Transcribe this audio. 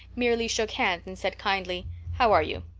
merely shook hands and said kindly how are you?